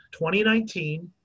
2019